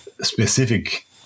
specific